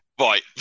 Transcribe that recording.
right